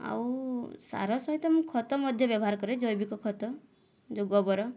ଆଉ ସାର ସହିତ ମୁଁ ଖତ ମଧ୍ୟ ବ୍ୟବହାର କରେ ଜୈବିକ ଖତ ଯେଉଁ ଗୋବର